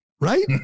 right